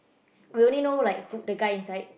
really know like who the guy inside